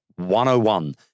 101